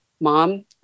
mom